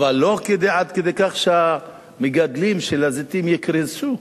אבל לא עד כדי כך שמגדלי הזיתים יקרסו.